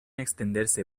extenderse